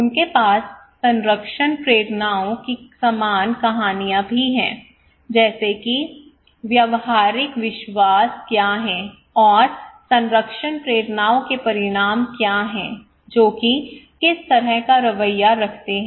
उनके पास संरक्षण प्रेरणाओं की समान कहानियां भी हैं जैसे कि व्यवहारिक विश्वास क्या हैं और संरक्षण प्रेरणाओं के परिणाम क्या हैं जो कि किस तरह का रवैया रखते हैं